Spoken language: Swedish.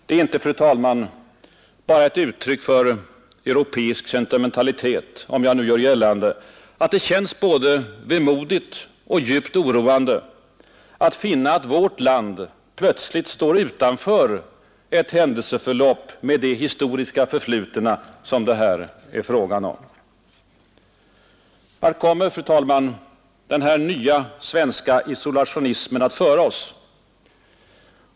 Det är inte, fru talman, blott ett uttryck för europeisk sentimentalitet om jag nu gör gällande, att det känns både vemodigt och djupt oroande att finna att vårt land plötsligt står utanför ett händelseförlopp med det historiska förflutna som det här är fråga om. Vart kommer, fru talman, denna nya svenska isolationism att föra oss?